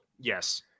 Yes